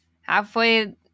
Halfway